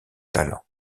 talents